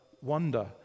wonder